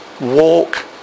walk